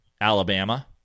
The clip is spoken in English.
Alabama